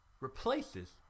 replaces